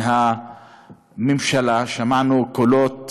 מהממשלה שמענו קולות